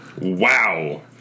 wow